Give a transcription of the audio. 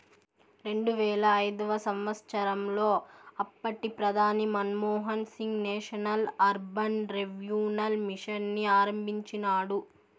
రెండువేల ఐదవ సంవచ్చరంలో అప్పటి ప్రధాని Manmohan Singh national urban renewal mission ని ఆరంభించినాడు